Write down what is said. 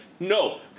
No